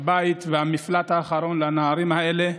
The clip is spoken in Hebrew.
הבית והמפלט האחרון לנערים האלה,